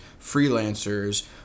freelancers